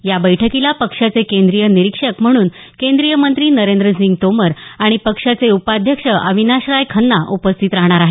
या बैठकीला पक्षाचे केंद्रीय निरीक्षक म्हणून केंद्रीय मंत्री नरेंद्रसिंग तोमर आणि पक्षाचे उपाध्यक्ष अविनाश राय खन्ना उपस्थित राहणार आहेत